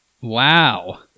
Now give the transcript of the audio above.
Wow